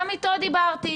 גם איתו דיברתי.